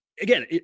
Again